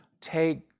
take